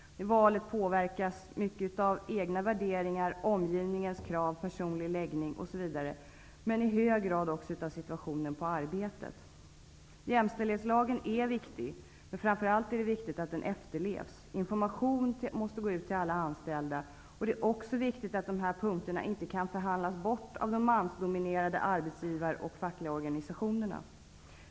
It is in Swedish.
Detta val påverkas av egna värderingar, omgivningens krav, personlig läggning osv., men i hög grad också av situationen på arbetet. Jämställdhetslagen är viktig, men framför allt är det viktigt att den efterlevs. Information måste gå ut till alla anställda. Det är också viktigt att dessa punkter inte kan förhandlas bort av mansdominerade arbetsgivarorganisationer och fackliga sammanslutningar.